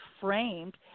framed